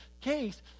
case